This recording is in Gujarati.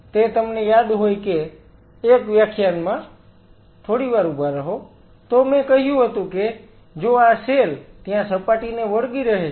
જો તે તમને યાદ હોય કે એક વ્યાખ્યાનમાં થોડી વાર ઉભા રહો તો મેં કહ્યું હતું કે જો આ સેલ ત્યાં સપાટીને વળગી રહે છે